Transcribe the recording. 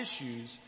issues